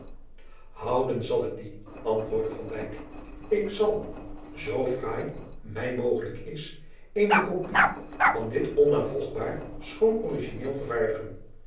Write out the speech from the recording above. ouden zal ik die antwoordcle k zal zoo fraai mij mogelijk is eene kopij van dit onnavolgbaar schoon origineel vervaardigen